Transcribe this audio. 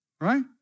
Right